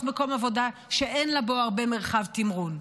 מקום עבודה שאין לה בו הרבה מרחב תמרון.